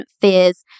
fears